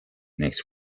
next